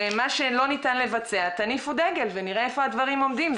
ומה שלא ניתן לבצע תניפו דגל ונראה איפה הדברים עומדים.